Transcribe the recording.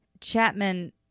Chapman